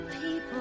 people